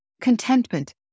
contentment